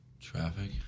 Traffic